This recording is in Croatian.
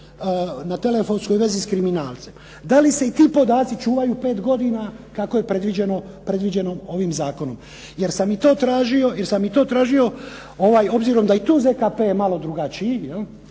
na telefonskoj vezi s kriminalcem, da li se i ti podaci čuvaju pet godina kako je predviđeno ovim zakonom, jer sam i to tražio obzirom da i tu ZKP je malo drugačiji,